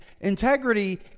integrity